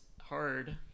hard